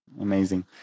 Amazing